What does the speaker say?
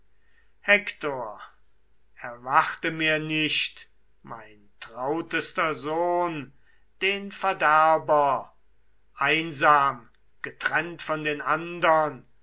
hektor erwarte mir nicht mein trautester sohn den verderber einsam getrennt von den andern